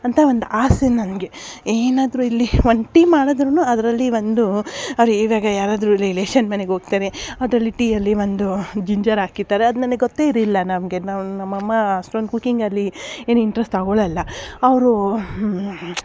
ಅಂತ ಒಂದು ಆಸೆ ನನಗೆ ಏನಾದರೂ ಇಲ್ಲಿ ಒಂದು ಟೀ ಮಾಡದ್ರು ಅದರಲ್ಲಿ ಒಂದು ಅವ್ರು ಈವಾಗ ಯಾರಾದರೂ ರಿಲೇಶನ್ ಮನೆಗೋಗ್ತಾರೆ ಅದರಲ್ಲಿ ಟೀಯಲ್ಲಿ ಒಂದು ಜಿಂಜರ್ ಹಾಕಿರ್ತಾರೆ ಅದು ನನಗೆ ಗೊತ್ತೇ ಇರಲಿಲ್ಲ ನಮಗೆ ನಮ್ಮ ನಮ್ಮಮ್ಮ ಅಷ್ಟೊಂದು ಕುಕಿಂಗಲ್ಲಿ ಏನು ಇಂಟ್ರಸ್ಟ್ ತಗೊಳಲ್ಲ ಅವರು